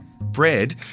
Bread